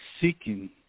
seeking